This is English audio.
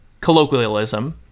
colloquialism